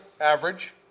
average